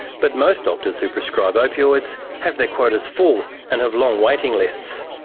but most doctors who prescribe opioids have their quotas full and have long waiting lists.